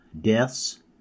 deaths